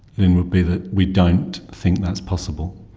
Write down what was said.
lynne, would be that we don't think that's possible.